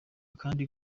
kandi